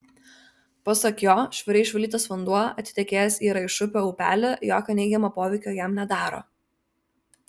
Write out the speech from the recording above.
pasak jo švariai išvalytas vanduo atitekėjęs į raišupio upelį jokio neigiamo poveikio jam nedaro